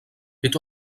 est